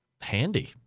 handy